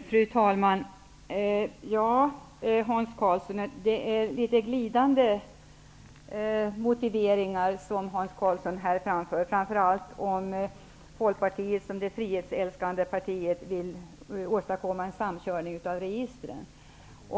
Fru talman! Det är litet glidande motiveringar som Hans Karlsson här framför, framför allt om att Folkpartiet som det frihetsälskande partiet vill åstadkomma en samkörning av registren.